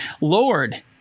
Lord